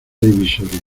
divisoria